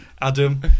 Adam